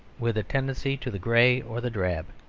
with a tendency to the grey or the drab.